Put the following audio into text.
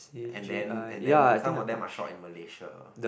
and then and then some of them are stroke in Malaysia